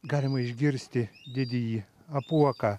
galima išgirsti didįjį apuoką